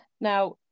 Now